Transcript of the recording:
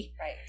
right